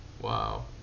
Wow